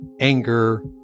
anger